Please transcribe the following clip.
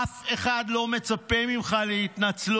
אף אחד לא מצפה ממך להתנצלות,